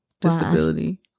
disability